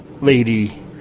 lady